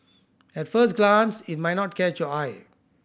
at first glance it might not catch your eye